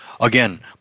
Again